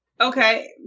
Okay